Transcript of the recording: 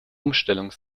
umstellung